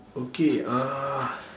okay uh